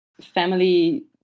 family